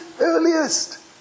earliest